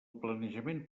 planejament